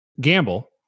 gamble